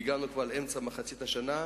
הגענו כבר לאמצע השנה.